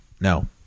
no